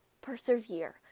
persevere